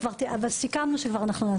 וכבר סיכמנו שאנחנו נעשה.